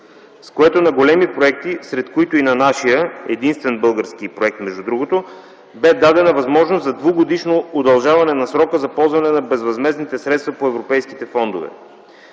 с което на големи проекти, сред които и на нашия единствен български проект, бе дадена възможност за двегодишно удължаване на срока за ползване на безвъзмездните средства по европейските фондове.